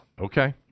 Okay